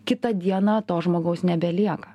kitą dieną to žmogaus nebelieka